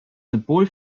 symbol